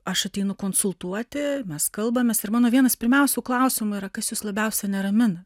aš ateinu konsultuoti mes kalbamės ir mano vienas pirmiausių klausimų yra kas jus labiausia neramina